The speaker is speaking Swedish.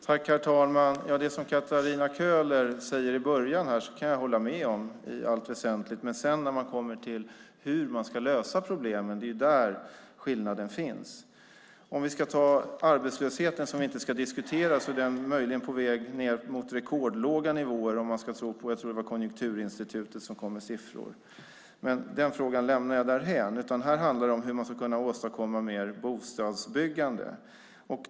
Herr talman! Det som Katarina Köhler säger i början kan jag i allt väsentligt hålla med om. Det är när man kommer till hur man ska lösa problemen som skillnaderna finns. Arbetslösheten ska vi väl inte diskutera nu, men den är på väg mot rekordlåga nivåer om man ska tro Konjunkturinstitutet - som jag tror var de som kom med siffror. Men den frågan lämnar jag därhän. Nu handlar det om hur man ska åstadkomma mer bostadsbyggande.